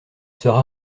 sera